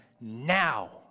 now